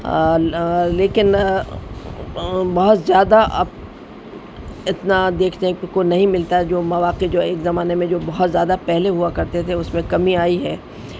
لیکن بہت زیادہ اب اتنا دیکھنے کو نہیں ملتا ہے جو مواقع جو ایک زمانے میں جو بہت زیادہ پہلے ہوا کرتے تھے اس میں کمی آئی ہے